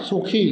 সুখী